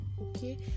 okay